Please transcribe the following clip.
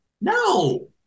No